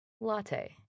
latte